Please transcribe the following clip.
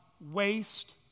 waste